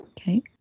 okay